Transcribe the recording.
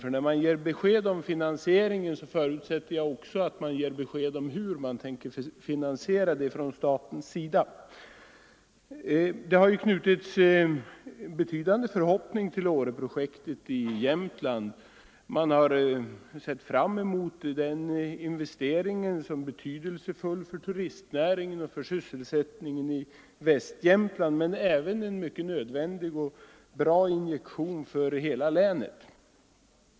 När regeringen lämnar besked om hur stor del staten skall betala förutsätter jag att den också ger besked om hur man från statens sida tänker sig finansieringen av hela projektet. Det har i Jämtland knutits betydande förhoppningar till Åreprojektet. Man har sett fram mot den investeringen såsom betydelsefull för turistnäringen och för sysselsättningen i Västjämtland men även såsom en mycket nödvändig och bra injektion för hela länet.